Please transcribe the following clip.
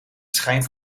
schijn